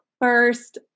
first